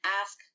ask